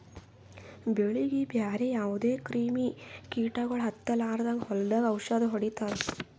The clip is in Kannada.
ಬೆಳೀಗಿ ಬ್ಯಾರೆ ಯಾವದೇ ಕ್ರಿಮಿ ಕೀಟಗೊಳ್ ಹತ್ತಲಾರದಂಗ್ ಹೊಲದಾಗ್ ಔಷದ್ ಹೊಡಿತಾರ